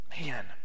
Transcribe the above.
man